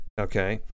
Okay